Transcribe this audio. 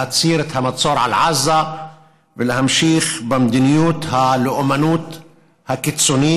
להדק את המצור על עזה ולהמשיך במדיניות הלאומנות הקיצונית,